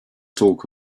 talk